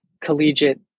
collegiate